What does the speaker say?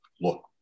look